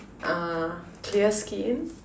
uh clear skin